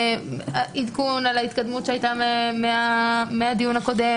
עדכון על ההתקדמות שהייתה מהדיון הקודם,